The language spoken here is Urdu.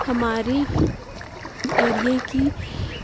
ہماری ایریے کی